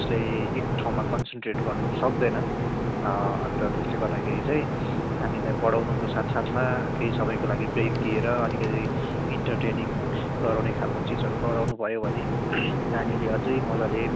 उसले एक ठाँउमा कन्सनट्रेट गर्नु सक्दैन अन्त त्यसले गर्दाखेर चाहिँ नानीलाई पढाउनुको साथ साथमा केही समयको लागि ब्रेक दिएर अलिकति इन्टरटेनिङ गराउने खालको चिजहरू गराउनु भयो भने नानीले अझै मजाले